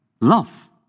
love